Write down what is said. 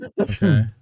Okay